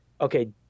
okay